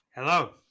Hello